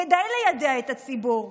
כדי ליידע את הציבור.